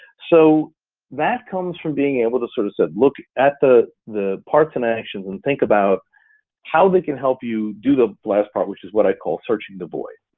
so that comes from being able to sort of say, look at the the parts and actions and think about how they can help you do the last part, which is what i call searching the void.